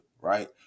right